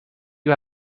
you